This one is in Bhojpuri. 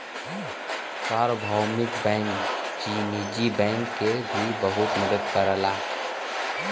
सार्वभौमिक बैंक निजी बैंक के भी बहुत मदद करला